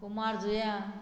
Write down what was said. कुंभारजुंव्यां